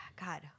God